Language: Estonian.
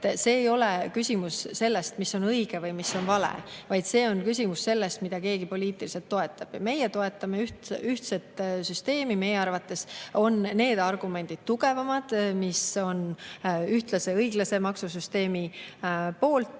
See ei ole küsimus selle kohta, mis on õige või mis on vale, vaid see on küsimus, mida keegi poliitiliselt toetab. Meie toetame ühtset süsteemi. Meie arvates on tugevamad argumendid need, mis on ühtlase, õiglase maksusüsteemi poolt.